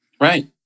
Right